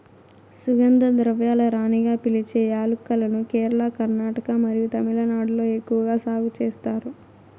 సుగంధ ద్రవ్యాల రాణిగా పిలిచే యాలక్కులను కేరళ, కర్ణాటక మరియు తమిళనాడులో ఎక్కువగా సాగు చేస్తారు